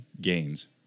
gains